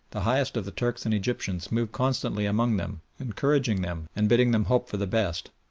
the highest of the turks and egyptians moved constantly among them, encouraging them and bidding them hope for the best.